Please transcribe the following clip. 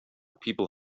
people